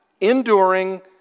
enduring